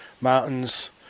mountains